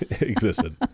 existed